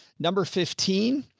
number fifteen.